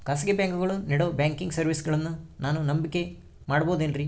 ಖಾಸಗಿ ಬ್ಯಾಂಕುಗಳು ನೇಡೋ ಬ್ಯಾಂಕಿಗ್ ಸರ್ವೇಸಗಳನ್ನು ನಾನು ನಂಬಿಕೆ ಮಾಡಬಹುದೇನ್ರಿ?